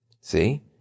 see